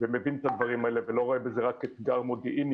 ומבין את הדברים האלה ולא רואה בזה רק אתגר מודיעיני,